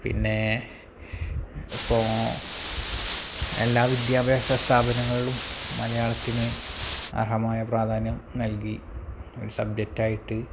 പിന്നെ ഇപ്പോള് എല്ലാ വിദ്യഭ്യാസ സ്ഥാപനങ്ങളിലും മലയാളത്തിന് അർഹമായ പ്രാധാന്യം നൽകി ഒരു സബ്ജക്റ്റായിട്ട്